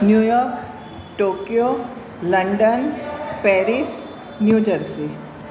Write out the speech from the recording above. New York Tokyo London Paris New Jersey